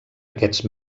aquests